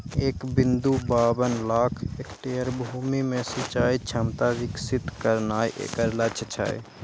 एक बिंदु बाबन लाख हेक्टेयर भूमि मे सिंचाइ क्षमता विकसित करनाय एकर लक्ष्य छै